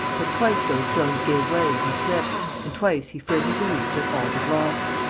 but twice those stones gave way and he slipped and twice he firmly believed that all was lost.